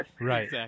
right